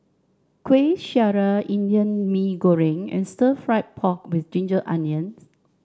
Kuih Syara Indian Mee Goreng and Stir Fried Pork with Ginger Onions